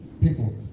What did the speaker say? People